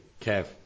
Kev